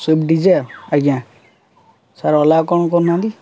Swift Dzire ଆଜ୍ଞା sir ଅଲାଗ କ'ଣ କରୁନାହାନ୍ତି